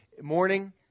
Morning